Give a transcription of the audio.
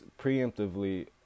preemptively